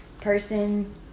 person